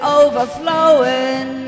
overflowing